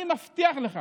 אני מבטיח לך